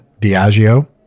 Diageo